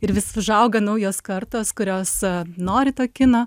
ir vis užauga naujos kartos kurios nori to kino